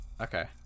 Okay